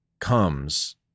comes